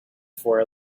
for